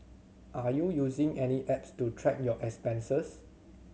are you using any apps to track your expenses